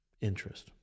interest